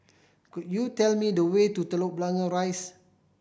could you tell me the way to Telok Blangah Rise